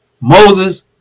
Moses